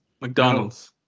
McDonald's